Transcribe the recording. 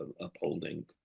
upholding